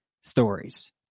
stories